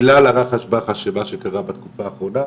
ובגלל הרחש בחש של מה שקרה בתקופה האחרונה,